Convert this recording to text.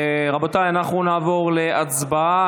רבותיי, אנחנו נעבור להצבעה.